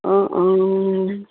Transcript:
অঁ অঁ